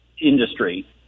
industry